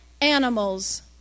animals